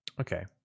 Okay